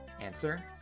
Answer